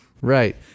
Right